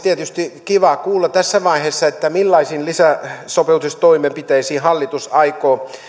tietysti kiva kuulla tässä vaiheessa millaisiin lisäsopeutustoimenpiteisiin hallitus aikoo